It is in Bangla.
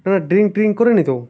না ড্রিঙ্ক ফিঙ্ক করেনি তো